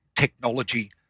technology